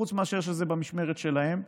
חוץ מאשר שזה במשמרת שלהם.